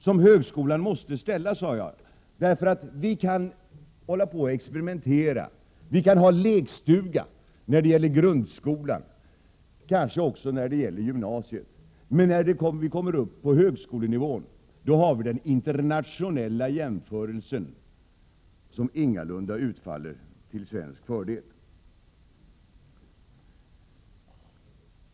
Som högskolan måste ställa, sade jag, medan vi kan hålla på att experimentera och ha lekstuga när det gäller grundskolan och kanske också när det gäller gymnasiet. Men när vi kommer upp på högskolenivå har vi den internationella jämförelsen att beakta, som ingalunda utfaller till svensk fördel.